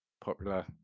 popular